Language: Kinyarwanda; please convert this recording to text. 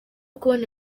kubona